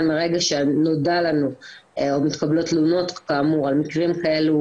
מרגע שנודע לנו או שמתקבלות תלונות על מקרים כאלה,